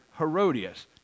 Herodias